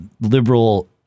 liberal